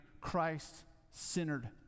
Christ-centered